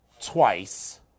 twice